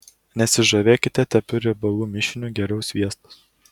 nesižavėkite tepiu riebalų mišiniu geriau sviestas